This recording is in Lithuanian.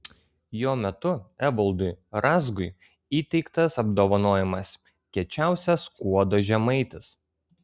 jo metu evaldui razgui įteiktas apdovanojimas kiečiausias skuodo žemaitis